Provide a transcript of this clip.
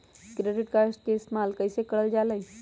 Credit card के इस्तेमाल कईसे करल जा लई?